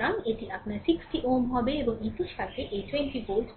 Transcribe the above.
সুতরাং এটি আপনার 60 Ω হবে এবং এটির সাথে এই 20 ভোল্ট